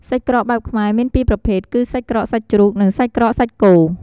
សាច់ក្រកបែបខ្មែរមាន២ប្រភេទគឹ សាច់ក្រកសាច់ជ្រូក និង សាច់ក្រកសាច់គោ។